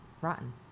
rotten